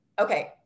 Okay